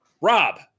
Rob